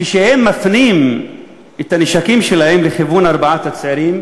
כשהם מפנים את הנשקים שלהם לכיוון ארבעת הצעירים,